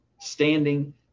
standing